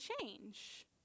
change